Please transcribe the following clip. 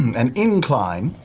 an incline.